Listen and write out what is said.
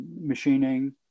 machining